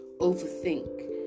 overthink